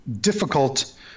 difficult